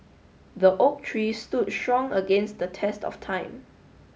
the oak tree stood strong against the test of time